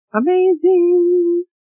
amazing